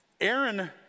Aaron